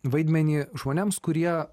vaidmenį žmonėms kurie